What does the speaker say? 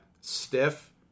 stiff